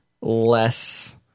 less